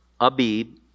Abib